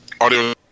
audio